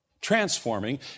Transforming